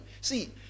see